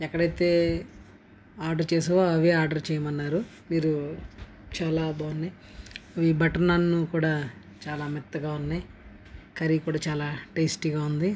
ఎక్కడైతే ఆర్డర్ చేసావో అవే ఆర్డర్ చేయమన్నారు మీరు చాలా బాగున్నాయి ఈ బట్టర్ నాన్ కూడా చాలా మెత్తగా ఉన్నాయి కర్రీ కూడా చాలా టేస్టీగా ఉంది